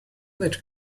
that